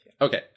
Okay